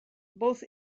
both